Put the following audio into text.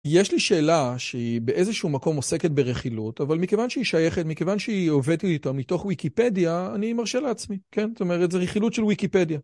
יש לי שאלה שהיא באיזשהו מקום עוסקת ברכילות, אבל מכיוון שהיא שייכת, מכיוון שהיא עובדת איתה מתוך וויקיפדיה, אני מרשה לעצמי, כן? זאת אומרת, זו רכילות של וויקיפדיה.